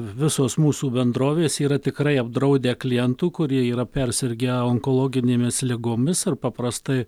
visos mūsų bendrovės yra tikrai apdraudę klientų kurie yra persirgę onkologinėmis ligomis ir paprastai